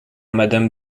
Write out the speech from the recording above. madame